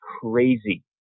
crazy